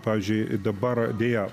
pavyzdžiui dabar deja